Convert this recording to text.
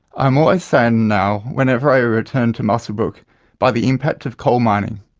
i am always saddened now whenever i return to muswellbrook by the impact of coal mining.